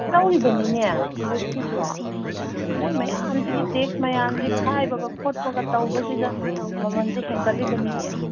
ꯂꯧꯔꯤꯕꯅꯤꯅꯦ ꯄꯨꯂꯤꯁꯀꯤꯁꯨ ꯃꯣꯏ ꯃꯌꯥꯝꯁꯤꯒꯤ ꯇꯦꯛꯁ ꯃꯌꯥꯝꯁꯦ ꯈꯥꯏꯕꯒ ꯈꯣꯠꯄꯒ ꯇꯧꯕꯁꯤꯗ ꯃꯃꯟꯁꯦ ꯍꯦꯟꯒꯠꯂꯤꯕꯅꯤꯅꯦ